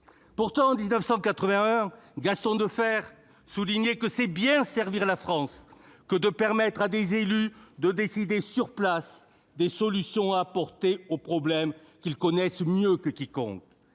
Pourtant, en 1981, Gaston Defferre soulignait que « c'est bien servir la France que de permettre aux élus de décider sur place des solutions à apporter aux problèmes qu'ils connaissent mieux que quiconque